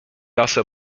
also